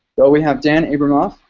well, we have dan abramov.